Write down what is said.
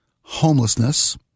homelessness